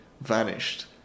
vanished